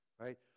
right